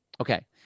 Okay